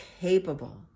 capable